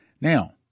Now